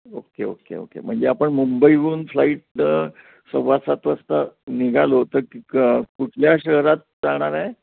okay okay okay म्हणजे आपण मुंबईहून फ्लाईटनं सव्वा सात वाजता निघालो तर ती कुठल्या शहरात जाणार आहे